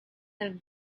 have